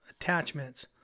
attachments